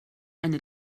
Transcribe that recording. eine